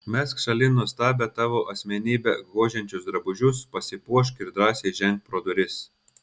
mesk šalin nuostabią tavo asmenybę gožiančius drabužius pasipuošk ir drąsiai ženk pro duris